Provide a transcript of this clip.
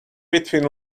between